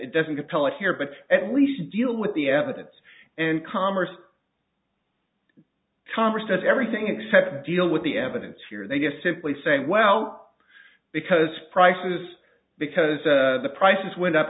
it doesn't compel it here but at least deal with the evidence and commerce congress does everything except deal with the evidence here they just simply say well because prices because the prices went up